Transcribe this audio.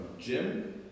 Jim